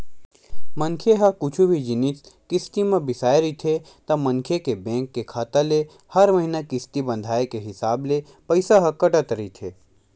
मनखे ह कुछु भी जिनिस किस्ती म बिसाय रहिथे ता मनखे के बेंक के खाता ले हर महिना किस्ती बंधाय के हिसाब ले पइसा ह कटत रहिथे